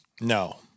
No